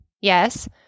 yes